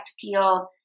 feel